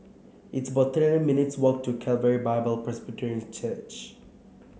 it's about thirty nine minutes' walk to Calvary Bible Presbyterian Church